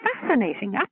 fascinating